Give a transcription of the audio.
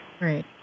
Right